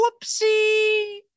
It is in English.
whoopsie